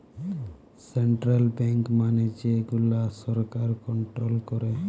central bank মানে যে গুলা সরকার কন্ট্রোল করে